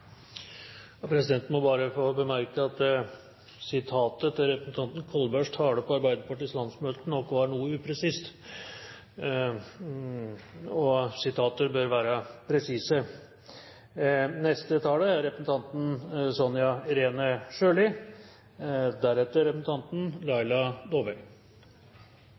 Presidenten må få bemerke at sitatet fra representanten Kolbergs tale på Arbeiderpartiets landsmøte nok var noe upresist gjengitt. Sitater bør være presise.